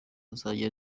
azajya